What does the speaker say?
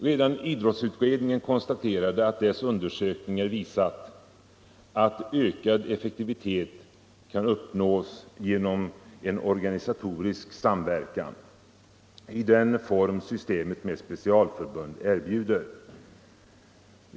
Redan idrottsutredningen konstaterade att dess undersökningar har visat ”att ökad effektivitet kan uppnås genom en organisatorisk samverkan i den form systemet med specialförbund erbjuder”.